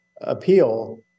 appeal